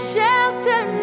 Shelter